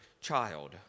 child